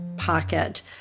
pocket